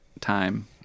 time